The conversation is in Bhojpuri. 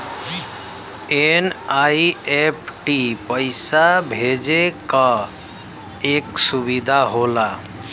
एन.ई.एफ.टी पइसा भेजे क एक सुविधा होला